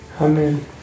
Amen